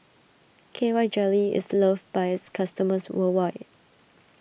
K Y Jelly is loved by its customers worldwide